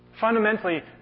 Fundamentally